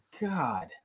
God